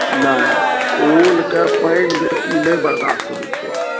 नहि ओलकेँ पानि बेसी नहि बर्दास्त होइत छै